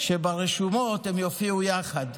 אני מציע שברשומות הם יופיעו יחד.